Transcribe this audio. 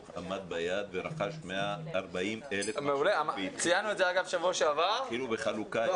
עמד ביעד ורכש 140,000 מחשבים והתחילו בחלוקה --- מעולה.